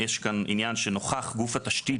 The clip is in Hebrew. יש כאן עניין שנוכח גוף התשתית,